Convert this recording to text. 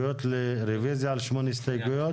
אוקיי, רוויזיה על שמונה הסתייגויות?